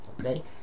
Okay